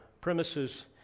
premises